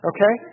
Okay